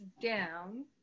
down